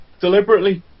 deliberately